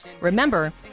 Remember